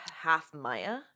half-Maya